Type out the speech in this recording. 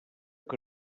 que